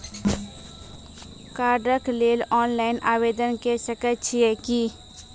कार्डक लेल ऑनलाइन आवेदन के सकै छियै की?